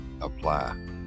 apply